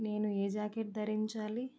నేను ఏ జాకెట్ ధరించాలి